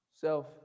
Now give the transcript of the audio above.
Self